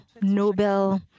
Nobel